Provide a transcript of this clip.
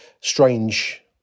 strange